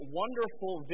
wonderful